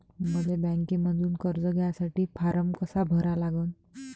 मले बँकेमंधून कर्ज घ्यासाठी फारम कसा भरा लागन?